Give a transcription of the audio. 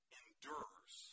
endures